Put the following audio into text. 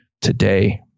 today